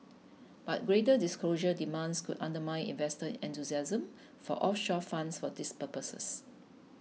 but greater disclosure demands could undermine investor enthusiasm for offshore funds for these purposes